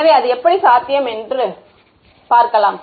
எனவே அது எப்படி சாத்தியம் மற்றும் etcetera etcetera